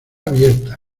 abierta